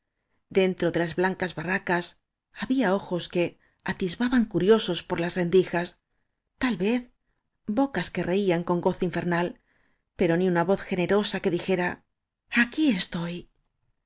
dentro de las blancas barracas había ojos que atisbaban curiosos por las rendijas tal vez bocas que reían con gozo infernal pero ni una voz generosa que dijera quí es